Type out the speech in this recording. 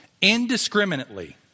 indiscriminately